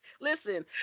Listen